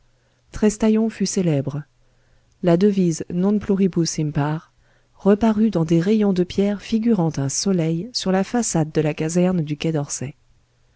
trestaillon fut célèbre la devise non pluribus impar reparut dans des rayons de pierre figurant un soleil sur la façade de la caserne du quai d'orsay